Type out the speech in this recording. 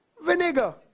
Vinegar